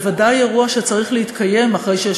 ובוודאי זה אירוע שצריך להתקיים אחרי שיש